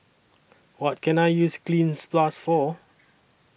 What Can I use Cleanz Plus For